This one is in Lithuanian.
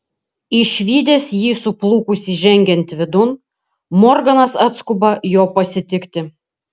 išvydęs jį suplukusį žengiant vidun morganas atskuba jo pasitikti